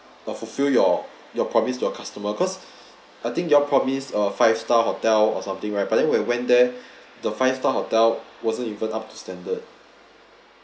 uh fulfil your your promise to your customer cause I think you all promised a five star hotel or something right but then we went there the five star hotel wasn't even up to standard